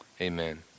Amen